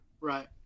Right